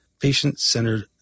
patient-centered